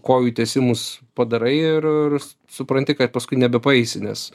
kojų tęsimus padarai ir ir supranti kad paskui nebepaeisi nes